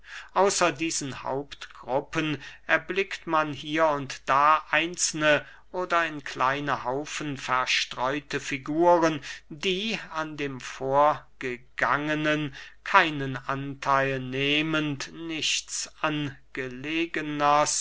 außer diesen hauptgruppen erblickt man hier und da einzelne oder in kleine haufen verstreute figuren die an dem vorgegangenen keinen antheil nehmend nichts angelegneres